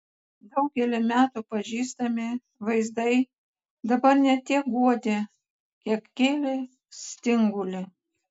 daugelį metų pažįstami vaizdai dabar ne tiek guodė kiek kėlė stingulį